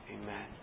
Amen